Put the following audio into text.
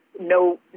no